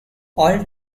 all